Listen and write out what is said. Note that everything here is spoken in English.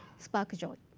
spark joy.